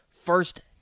first